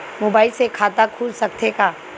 Mobile से खाता खुल सकथे का?